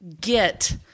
get